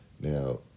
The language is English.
Now